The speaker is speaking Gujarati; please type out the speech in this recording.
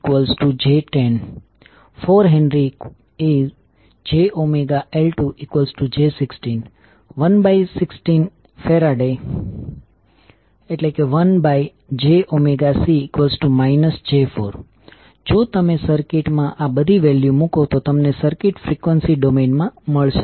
5HjωMj10 4HjωL2j16 116F1jωC j4 જો તમે સર્કિટ માં આ બધી વેલ્યુ મૂકો તો તમને સર્કિટ ફ્રીક્વન્સી ડોમેન માં મળશે